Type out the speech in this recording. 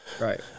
Right